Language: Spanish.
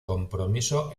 compromiso